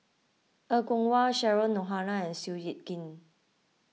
Er Kwong Wah Cheryl Noronha and Seow Yit Kin